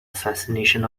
assassination